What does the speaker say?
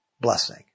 blessing